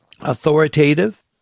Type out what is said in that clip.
authoritative